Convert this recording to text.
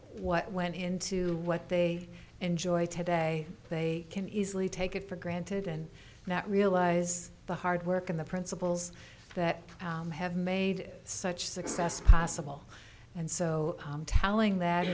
what went into what they enjoy today they can easily take it for granted and not realize the hard work and the principles that have made such success possible and so tallying that